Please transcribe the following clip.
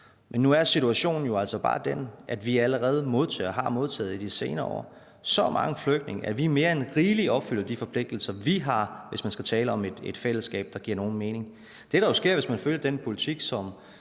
Men nu er situationen jo altså bare den, at vi allerede modtager og har modtaget i de senere år så mange flygtninge, at vi mere end rigeligt opfylder de forpligtelser, vi har, hvis man skal tale om et fællesskab, der giver nogen mening. Det, der jo sker, hvis man følger den politik, som